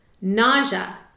nausea